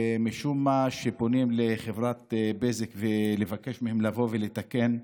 ומשום מה כשפונים לחברת בזק לבקש מהם לבוא ולתקן,